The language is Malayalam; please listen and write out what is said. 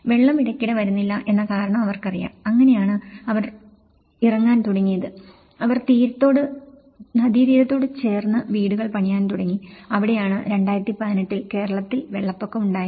വെള്ളം ഇടയ്ക്കിടെ വരുന്നില്ല എന്ന കാരണം അവർക്കറിയാം അങ്ങനെയാണ് അവർ ഇറങ്ങാൻ തുടങ്ങിയത് അവർ നദീതടത്തോട് ചേർന്ന് വീടുകൾ പണിയാൻ തുടങ്ങി അവിടെയാണ് 2018 ൽ കേരളത്തിൽ വെള്ളപ്പൊക്കം ഉണ്ടായത്